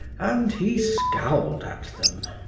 and he scowled at them.